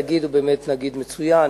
הנגיד הוא באמת נגיד מצוין,